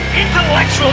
Intellectual